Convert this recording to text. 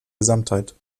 gesamtheit